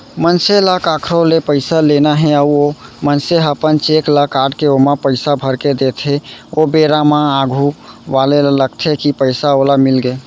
मनसे ल कखरो ले पइसा लेना हे अउ ओ मनसे ह अपन चेक ल काटके ओमा पइसा भरके देथे ओ बेरा म आघू वाले ल लगथे कि पइसा ओला मिलगे